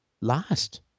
last